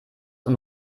und